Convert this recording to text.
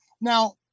Now